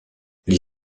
les